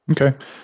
Okay